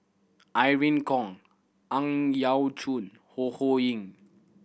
Irene Khong Ang Yau Choon Ho Ho Ying